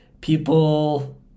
People